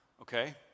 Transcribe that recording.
okay